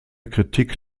kritik